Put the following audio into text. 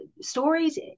stories